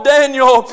Daniel